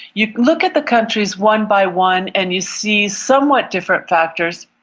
you look at the countries one by one and you see somewhat different factors,